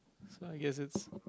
so I guess it's